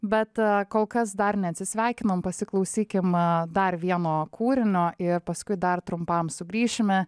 bet kol kas dar neatsisveikinam pasiklausykim dar vieno kūrinio ir paskui dar trumpam sugrįšime